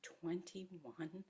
twenty-one